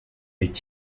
est